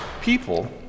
people